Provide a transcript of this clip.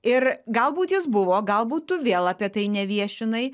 ir galbūt jis buvo galbūt tu vėl apie tai neviešinai